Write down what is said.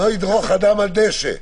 "לא ידרוך אדם על דשא".